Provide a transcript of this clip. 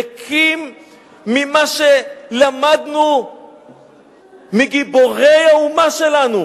ריקים ממה שלמדנו מגיבורי האומה שלנו.